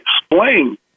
explain